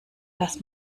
das